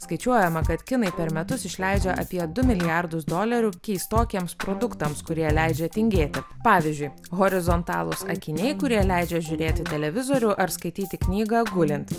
skaičiuojama kad kinai per metus išleidžia apie du milijardus dolerių keistokiems produktams kurie leidžia tingėti pavyzdžiui horizontalūs akiniai kurie leidžia žiūrėti televizorių ar skaityti knygą gulint